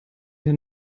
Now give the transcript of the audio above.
hier